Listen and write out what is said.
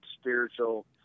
spiritual